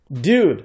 Dude